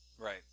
Right